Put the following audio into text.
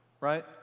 Right